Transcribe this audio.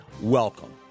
Welcome